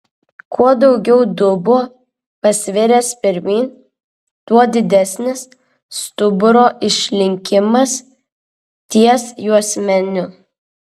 kuo daugiau dubuo pasviręs pirmyn tuo didesnis stuburo išlinkimas ties juosmeniu